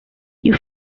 you